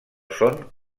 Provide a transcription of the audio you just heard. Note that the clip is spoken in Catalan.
són